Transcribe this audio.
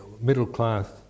middle-class